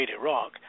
Iraq